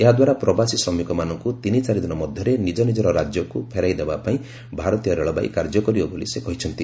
ଏହାଦ୍ୱାରା ପ୍ରବାସୀ ଶ୍ରମିକମାନଙ୍କୁ ତିନି ଚାରିଦିନ ମଧ୍ୟରେ ନିଜନିଜର ରାଜ୍ୟକୁ ଫେରାଇଦେବା ପାଇଁ ଭାରତୀୟ ରେଳବାଇ କାର୍ଯ୍ୟ କରିବ ବୋଲି ସେ କହିଛନ୍ତି